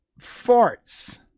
farts